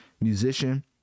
musician